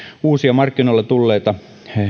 uusia markkinoille tulleita